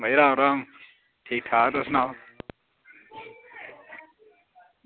बाबु जी राम राम ठीक ठाक तुस सनाओ